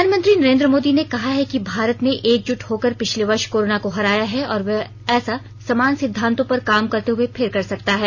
प्रधानमंत्री नरेन्द्र मोदी ने कहा है कि भारत ने एकजुट होकर पिछले वर्ष कोरोना को हराया है और वह ऐसा समान सिद्धांतो पर काम करते हुए फिर कर सकता है